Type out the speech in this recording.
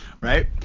right